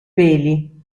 peli